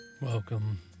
Welcome